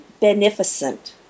beneficent